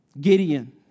Gideon